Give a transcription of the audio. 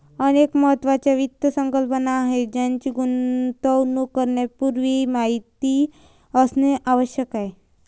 अनेक महत्त्वाच्या वित्त संकल्पना आहेत ज्यांची गुंतवणूक करण्यापूर्वी माहिती असणे आवश्यक आहे